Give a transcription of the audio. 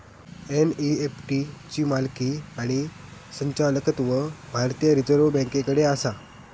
NEFT ची मालकी आणि संचालकत्व भारतीय रिझर्व बँकेकडे आसा